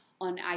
on